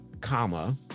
comma